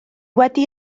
wedi